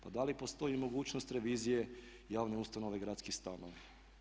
Pa da li postoji mogućnost revizije javne ustanove Gradski stanovi?